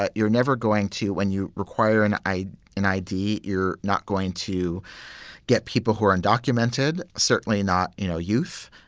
ah you're never going to when you require an eye, an i d, you're not going to get people who are undocumented. certainly not, you know, youth,